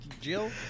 Jill